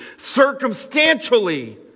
circumstantially